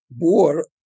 war